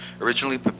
originally